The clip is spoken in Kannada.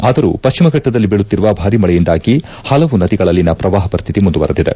ಆದರೂ ಪಡ್ಡಿಮ ಘಟ್ಟದಲ್ಲಿ ಬೀಳುತ್ತಿರುವ ಭಾರೀ ಮಳೆಯಿಂದಾಗಿ ಹಲವು ನದಿಗಳಲ್ಲಿನ ಪ್ರವಾಹ ಪರಿಸ್ಥಿತಿ ಮುಂದುವರೆದಿದೆ